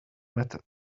method